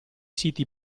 siti